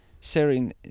sharing